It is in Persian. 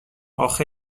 آخه